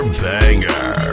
banger